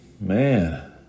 man